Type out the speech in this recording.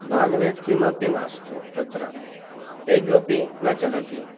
non-veg किमपि मास्तु तत्र एग् अपि न चलति